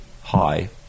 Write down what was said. high